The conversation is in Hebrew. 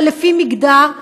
אלא לפי מגדר,